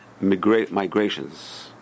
migrations